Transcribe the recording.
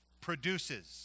produces